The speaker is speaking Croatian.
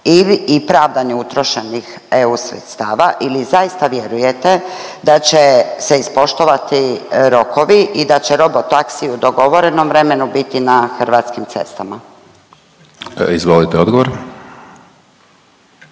i pravdanje utrošenih EU sredstava ili zaista vjerujete da će se ispoštovati rokovi i da će robotaksiji u dogovorenom vremenu biti na hrvatskim cestama? **Hajdaš